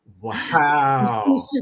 Wow